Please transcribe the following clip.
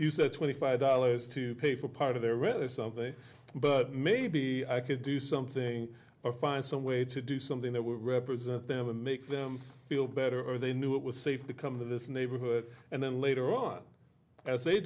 you said twenty five dollars to pay for part of their record something but maybe i could do something or find some way to do something that would represent them make them feel better or they knew it was safe to come to this neighborhood and then later on a